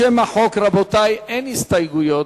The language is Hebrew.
לשם החוק, רבותי, אין הסתייגויות.